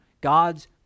God's